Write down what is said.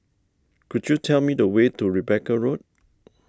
could you tell me the way to Rebecca Road